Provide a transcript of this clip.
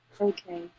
Okay